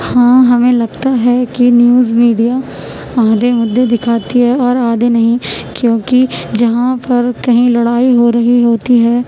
ہاں ہمیں لگتا ہے کہ نیوز میڈیا آدھے مدعے دکھاتی ہے اور آدھے نہیں کیوں کہ جہاں پر کہیں لڑائی ہو رہی ہوتی ہے